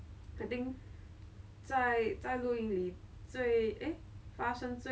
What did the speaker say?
and then the next day morning we were going back so I faster eat that bun for breakfast instead of their